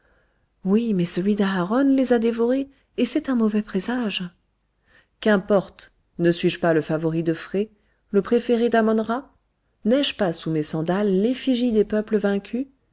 oui mais celui d'aharon les a dévorés et c'est un mauvais présage qu'importe ne suis-je pas le favori de phré le préféré dammon ra n'ai-je pas sous mes sandales l'effigie des peuples vaincus